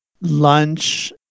lunch